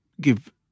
give